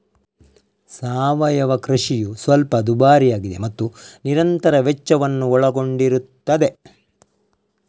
ಸಾವಯವ ಕೃಷಿಯು ಸ್ವಲ್ಪ ದುಬಾರಿಯಾಗಿದೆ ಮತ್ತು ನಿರಂತರ ವೆಚ್ಚವನ್ನು ಒಳಗೊಂಡಿರುತ್ತದೆ